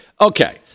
Okay